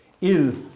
ill